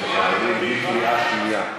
קריאה שנייה.